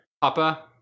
Papa